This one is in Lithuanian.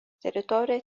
teritorijoje